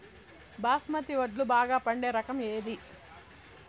బాస్మతి వడ్లు బాగా పండే రకం ఏది